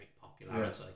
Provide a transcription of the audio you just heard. popularity